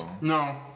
no